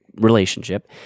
relationship